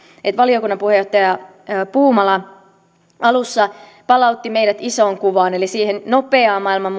että valiokunnan puheenjohtaja puumala alussa palautti meidät isoon kuvaan eli siihen nopeaan maailman